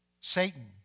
Satan